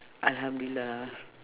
alhamdulillah